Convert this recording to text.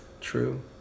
True